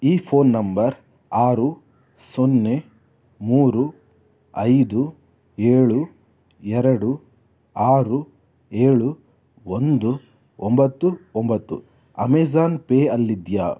ಈ phone number ಆರು ಸೊನ್ನೆ ಮೂರು ಐದು ಏಳು ಎರಡು ಆರು ಏಳು ಒಂದು ಒಂಬತ್ತು ಒಂಬತ್ತು ಅಮೆಝನ್ ಪೇ ಅಲ್ಲಿದೆಯೇ